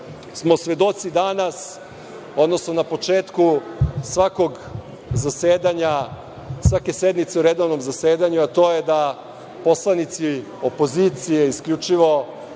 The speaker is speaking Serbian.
smo svedoci danas, odnosno na početku svakog zasedanja, svake sednice u redovnom zasedanju, a to j da poslanici opozicije isključivo